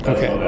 Okay